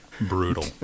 Brutal